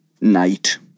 night